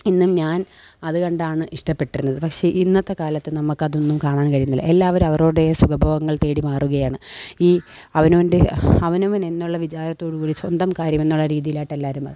ഇന്നും ഞാൻ അതുകണ്ടാണിഷ്ടപ്പെട്ടിരുന്നത് പക്ഷേ ഇന്നത്തെ കാലത്ത് നമുക്കതൊന്നും കാണാൻ കഴിയുന്നില്ല എല്ലാവരും അവരുടേതായ സുഖഭോഗങ്ങൾ തേടി മാറുകയാണ് ഈ അവനോൻ്റെ അവനവനെന്നുള്ള വിചാരത്തോട് കൂടി സ്വന്തം കാര്യമെന്ന രീതിയിലോട്ടെല്ലാവരും